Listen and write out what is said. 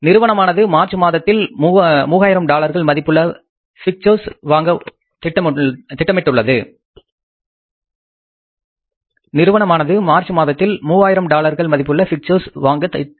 நிறுவனமானது மார்ச் மாதத்தில் 3000 டாலர்கள் மதிப்புள்ள பிக்சர்ஸ் வாங்க திட்டமிட்டுள்ளது